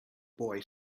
boy